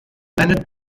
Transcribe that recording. leonard